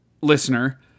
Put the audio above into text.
listener